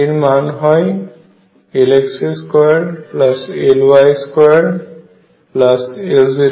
এখন এর মান হয় Lx2Ly2Lz2